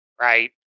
Right